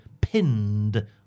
pinned